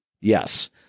Yes